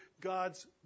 God's